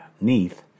Neath